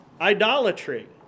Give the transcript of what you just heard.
idolatry